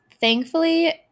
thankfully